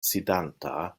sidanta